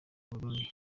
burundi